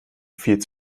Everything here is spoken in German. viel